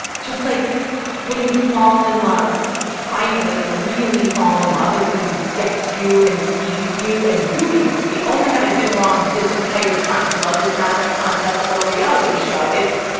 just like when you fall in love, finally, like really fall in love with someone who gets you and sees you and you even see, oh, my god, i've been wrong this entire time. love is not a contest or a reality show it's